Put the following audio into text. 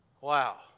Wow